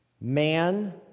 Man